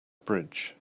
bridge